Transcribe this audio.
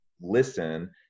listen